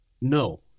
No